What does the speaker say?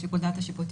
שיקול דעת השיפוטי,